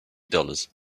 dollars